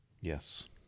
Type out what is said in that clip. Yes